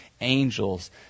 angels